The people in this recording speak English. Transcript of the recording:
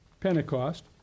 Pentecost